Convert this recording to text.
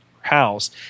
house